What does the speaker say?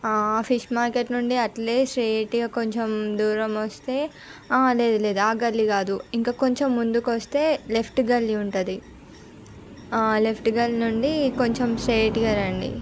ఆ fish market నుండి అట్లే స్ట్రెయిట్గా కొంచెం దూరం వస్తే లేదు లేదు ఆ గల్లీ కాదు ఇంకా కొంచెం ముందుకు వస్తే లెఫ్ట్ గల్లీ ఉంటుంది లెఫ్ట్ గల్లీ నుండి కొంచెం స్ట్రెయిట్గా రండి